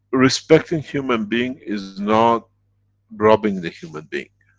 respecting human being is not robbing the human being.